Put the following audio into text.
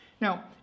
Now